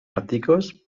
articles